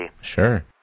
Sure